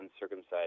uncircumcised